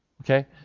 okay